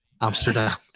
Amsterdam